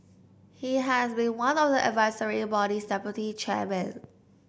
he has been one of the advisory body's deputy chairmen